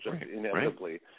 inevitably